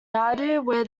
where